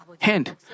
hand